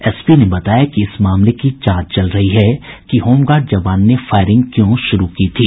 SP ने बताया कि इस मामले की जांच चल रही है कि होमगार्ड जवान ने फायरिंग क्यों शुरू की थी